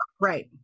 Right